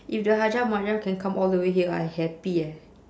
if the hajjah mariam can come all the way here I happy eh